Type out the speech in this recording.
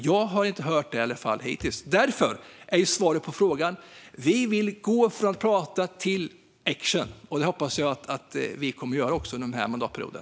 Jag har inte hört detta hittills. Svaret på frågan är därför: Vi vill gå från prat till action, och jag hoppas också att vi kommer att göra det under mandatperioden.